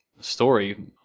story